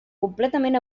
completament